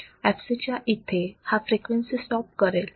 fc च्या इथे हा फ्रिक्वेन्सी स्टॉप करेल